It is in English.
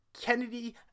Kennedy